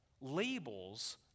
labels